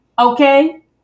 okay